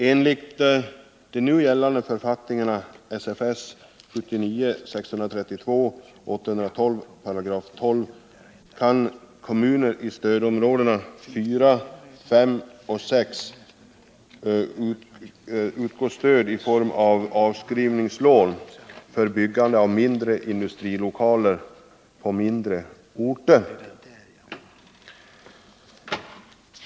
Enligt de nu gällande författningarna, SFS 1979:632 och 812 12 §, kan till kommuner i stödområdena 4, 5 och 6 utgå stöd i form av avskrivningslån för byggande av mindre industrilokaler på mindre orter.